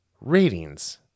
ratings